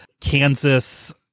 Kansas